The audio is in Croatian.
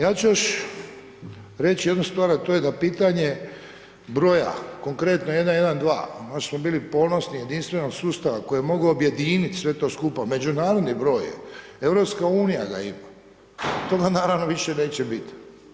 Ja ću još reći jednu stvar, a to je da pitanje broja konkretno 112, onda smo bili ponosni jedinstvenom sustavu koji je mogao objedinit sve to skupa međunarodni broj je, EU ga ima, toga naravno više neće biti.